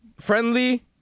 friendly